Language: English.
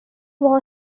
wall